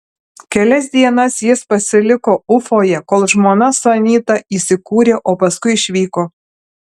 kelias dienas jis pasiliko ufoje kol žmona su anyta įsikūrė o paskui išvyko